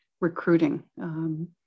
recruiting